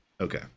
Okay